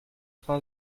train